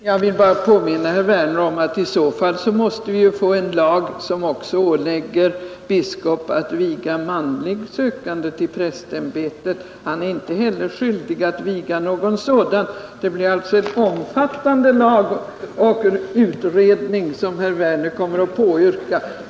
Herr talman! Jag vill bara påminna herr Werner om att i så fall måste vi få en lag som också ålägger biskop att viga manlig sökande till prästämbetet. Han är inte heller skyldig att viga någon sådan. Det blir alltså en omfattande utredning som herr Werner kommer att påyrka.